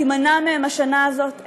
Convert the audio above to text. תימנע מהם השנה הזאת,